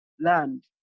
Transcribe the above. land